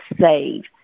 save